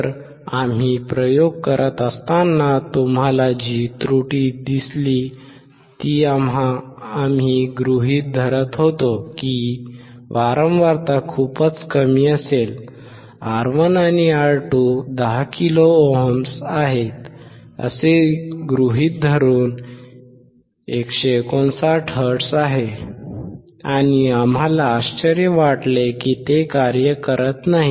तर आम्ही प्रयोग करत असताना तुम्हाला जी त्रुटी दिसली ती आम्ही गृहीत धरत होतो की वारंवारता खूपच कमी असेल R1 आणि R2 10 किलो ohms आहेत असे गृहीत धरून 159 हर्ट्झ आहे आणि आम्हाला आश्चर्य वाटले की ते कार्य करत नाही